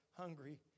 hungry